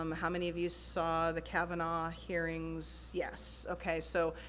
um how many of you saw the kavanaugh hearings? yes, okay. so,